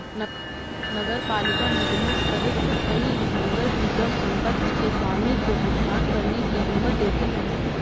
नगरपालिका निगमों सहित कई नगर निगम संपत्ति के स्वामी को भुगतान करने की अनुमति देते हैं